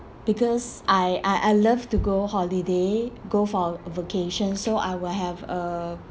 because I I I love to go holiday go for vacations so I will have a